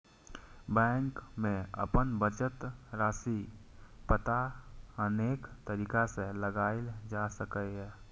bank मे अपन बचत राशिक पता अनेक तरीका सं लगाएल जा सकैए